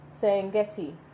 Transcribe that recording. Serengeti